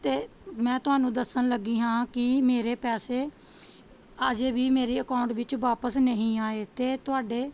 ਅਤੇ ਮੈਂ ਤੁਹਾਨੂੰ ਦੱਸਣ ਲੱਗੀ ਹਾਂ ਕਿ ਮੇਰੇ ਪੈਸੇ ਅਜੇ ਵੀ ਮੇਰੀ ਅਕਾਊਂਟ ਵਿੱਚ ਵਾਪਸ ਨਹੀਂ ਆਏ ਅਤੇ ਤੁਹਾਡੇ